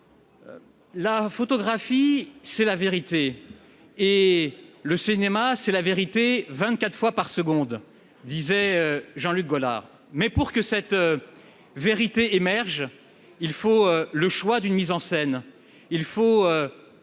La photographie c'est la vérité et le cinéma, c'est la vérité, 24 fois par seconde, disait Jean Luc Gaulard, mais pour que cette vérité émerge, il faut le choix d'une mise en scène, il faut